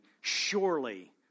surely